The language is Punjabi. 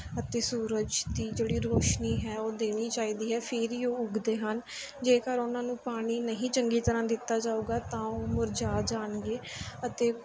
ਅਤੇ ਸੂਰਜ ਦੀ ਜਿਹੜੀ ਰੋਸ਼ਨੀ ਹੈ ਉਹ ਦੇਣੀ ਚਾਹੀਦੀ ਹੈ ਫਿਰ ਹੀ ਉਹ ਉੱਗਦੇ ਹਨ ਜੇਕਰ ਉਹਨਾਂ ਨੂੰ ਪਾਣੀ ਨਹੀਂ ਚੰਗੀ ਤਰ੍ਹਾਂ ਦਿੱਤਾ ਜਾਵੇਗਾ ਤਾਂ ਉਹ ਮੁਰਝਾ ਜਾਣਗੇ ਅਤੇ